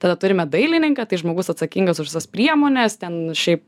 tada turime dailininką tai žmogus atsakingas už visas priemones ten šiaip